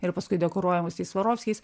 ir paskui dekoruojamas tais svarovskiais